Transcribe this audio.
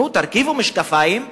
תרכיבו משקפיים אזרחיים,